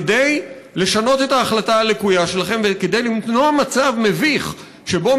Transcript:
כדי לשנות את ההחלטה הלקויה שלכם וכדי למנוע מצב מביך שבו